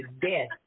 death